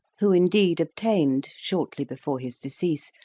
who indeed obtained, shortly before his decease,